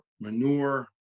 manure